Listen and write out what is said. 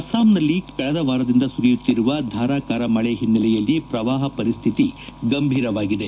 ಅಸ್ಸಾಂನಲ್ಲಿ ಕಳೆದ ವಾರದಿಂದ ಸುರಿಯುತ್ತಿರುವ ಧಾರಾಕಾರ ಮಳೆ ಹಿನ್ನೆಲೆಯಲ್ಲಿ ಪ್ರವಾಹ ಪರಿಸ್ಥಿತಿ ಗಂಭೀರವಾಗಿದೆ